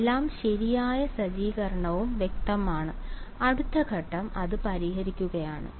എല്ലാ ശരിയായ സജ്ജീകരണവും വ്യക്തമാണ് അടുത്ത ഘട്ടം അത് പരിഹരിക്കുകയാണ്